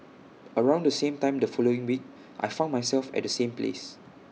around the same time the following week I found myself at the same place